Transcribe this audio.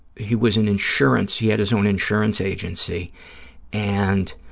he was an insurance, he had his own insurance agency and